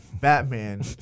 Batman